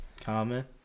Comment